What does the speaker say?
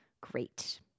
great